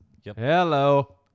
Hello